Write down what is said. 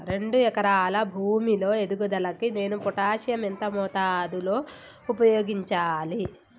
రెండు ఎకరాల భూమి లో ఎదుగుదలకి నేను పొటాషియం ఎంత మోతాదు లో ఉపయోగించాలి?